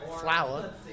flour